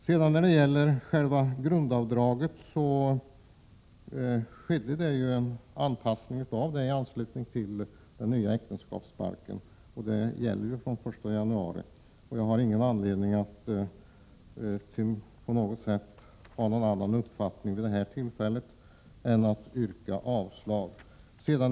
Jag vill dessutom framhålla att det skedde en anpassning av grundavdraget i anslutning till den nya äktenskapsbalken. Dessa bestämmelser gäller från den 1 januari. Jag har ingen anledning att vid detta tillfälle inta någon annan ståndpunkt och yrkar därför avslag på reservationerna i detta avseende.